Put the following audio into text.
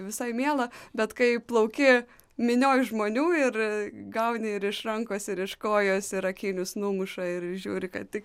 visai miela bet kai plauki minioj žmonių ir gauni ir iš rankos ir iš kojos ir akinius numuša ir žiūri kad tik